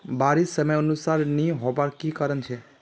बारिश समयानुसार नी होबार की कारण छे?